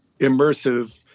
Immersive